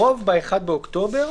הרוב ב-1 באוקטובר.